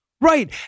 Right